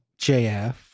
JF